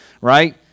right